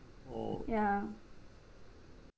ya